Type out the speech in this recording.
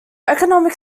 economic